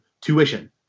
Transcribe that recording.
tuition